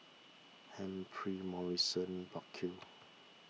Humphrey Morrison Burkill